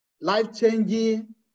life-changing